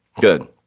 good